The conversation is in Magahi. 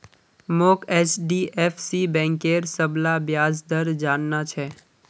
मोक एचडीएफसी बैंकेर सबला ब्याज दर जानना छ